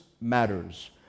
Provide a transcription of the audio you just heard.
matters